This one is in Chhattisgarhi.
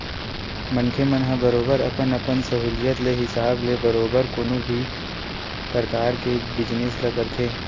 मनखे मन ह बरोबर अपन अपन सहूलियत के हिसाब ले बरोबर कोनो भी परकार के बिजनेस ल करथे